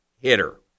hitter